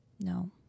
No